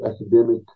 academic